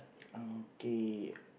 okay